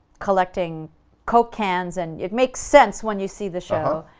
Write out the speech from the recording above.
collecting coke cans and it makes sense when you see the show.